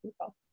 people